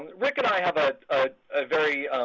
rick and i have ah a very